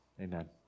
Amen